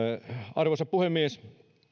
arvoisa puhemies